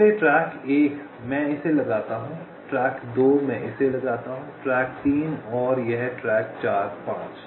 इसलिए ट्रैक 1 मैं इसे लगाता हूं ट्रैक 2 मैं इसे लगाता हूं ट्रैक 3 और यह ट्रैक 4 5